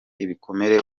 ibikomere